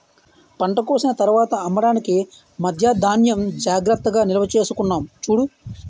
పంట కోసిన తర్వాత అమ్మడానికి మధ్యా ధాన్యం జాగ్రత్తగా నిల్వచేసుకున్నాం చూడు